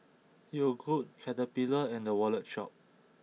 Yogood Caterpillar and The Wallet Shop